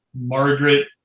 margaret